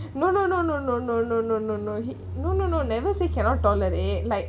no no no no no no no no no no no no no never say cannot tolerate like